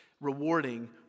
rewarding